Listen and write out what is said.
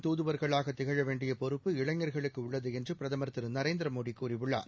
நம் தூதுவர்களாக திகழவேண்டியபொறுப்பு இளைஞர்களுக்குஉள்ளதுஎன்றுபிரதமர் திருநரேந்திரமோடிகூறியுள்ளார்